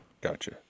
Gotcha